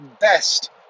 best